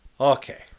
Okay